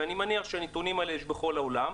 ואני מניח שאת הנתונים האלה יש בכל העולם,